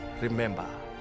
Remember